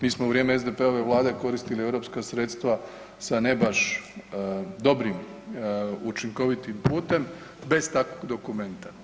Mi smo u vrijeme SDP-ove vlade koristili europska sredstva sa ne baš dobrim, učinkovitim putem bez takvog dokumenta.